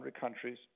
countries